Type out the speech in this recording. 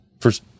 First